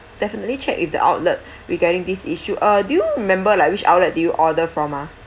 definitely check if the outlet regarding this issue uh do you remember like which outlet do you order from ah